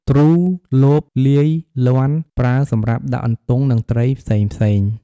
ទ្រូ លប លាយ លាន់ ប្រើសម្រាប់ដាក់អន្ទង់ និងត្រីផ្សេងៗ។